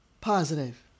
positive